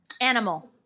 Animal